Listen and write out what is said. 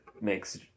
makes